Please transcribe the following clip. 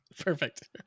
Perfect